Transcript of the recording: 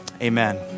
Amen